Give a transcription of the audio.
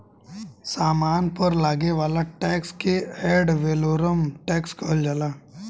सामान पर लागे वाला टैक्स के एड वैलोरम टैक्स कहल जाला